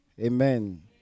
Amen